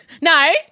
No